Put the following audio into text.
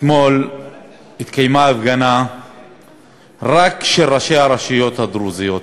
אתמול התקיימה הפגנה רק של ראשי הרשויות הדרוזיות,